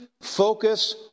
focus